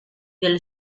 del